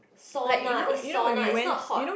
sauna is sauna is not hot